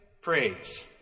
praise